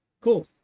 cool